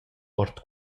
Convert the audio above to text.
ord